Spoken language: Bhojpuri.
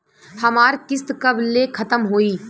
हमार किस्त कब ले खतम होई?